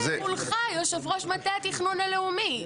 יושב ראש מטה התכנון הלאומי,